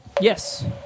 Yes